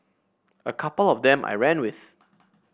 a couple of them I ran with